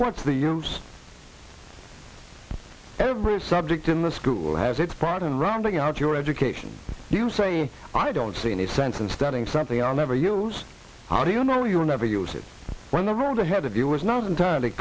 what's the use every subject in the school has its part in rounding out your education you saying i don't see any sense in studying something i never use how do you know you're never use it when the road ahead of you is not entirely